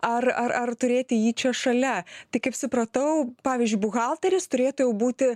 ar ar ar turėti jį čia šalia tai kaip supratau pavyzdžiui buhalteris turėtų būti